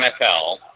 NFL